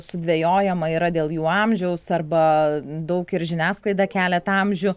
sudvejojama yra dėl jų amžiaus arba daug ir žiniasklaida kelia tą amžių